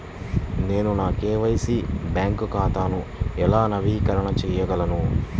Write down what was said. నేను నా KYC bank ఖాతాను ఎలా నవీకరణ చేయగలను?